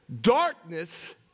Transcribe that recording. darkness